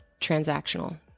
transactional